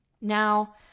Now